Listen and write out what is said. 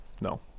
no